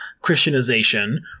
Christianization